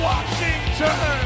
Washington